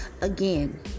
Again